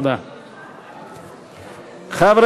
חד"ש רע"ם-תע"ל-מד"ע בל"ד להביע אי-אמון בממשלה לא נתקבלה.